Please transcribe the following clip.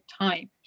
time